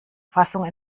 fassung